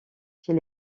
chez